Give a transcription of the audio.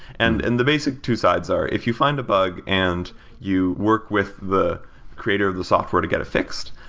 and and the basic two sides are if you find a bug and you worked with the creator of the software to get it fixed,